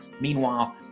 meanwhile